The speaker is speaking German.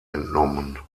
entnommen